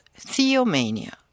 theomania